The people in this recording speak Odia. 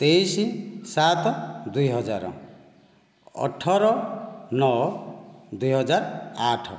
ତେଇଶି ସାତ ଦୁଇହଜାର ଅଠର ନଅ ଦୁଇହଜାର ଆଠ